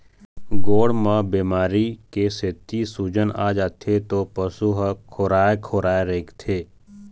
गोड़ म बेमारी के सेती सूजन आ जाथे त पशु ह खोराए खोराए रेंगथे